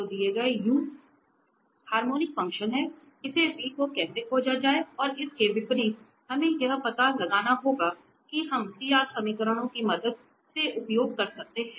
तो दिए गए u हार्मोनिक फ़ंक्शन है इसे v को कैसे खोजा जाए और इसके विपरीत हमें यह पता लगाना होगा कि हम CR समीकरणों की मदद से उपयोग कर सकते हैं